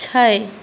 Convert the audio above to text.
छओ